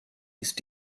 ist